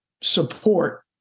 support